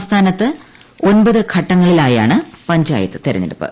സംസ്ഥാനത്ത് പ്ലെട്ടങ്ങളിലായാണ് പഞ്ചായത്ത് തെരഞ്ഞെടുപ്പ്